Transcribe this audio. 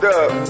up